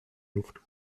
luft